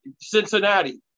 Cincinnati